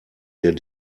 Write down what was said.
der